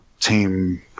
team